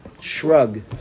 shrug